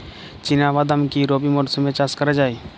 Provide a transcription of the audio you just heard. চিনা বাদাম কি রবি মরশুমে চাষ করা যায়?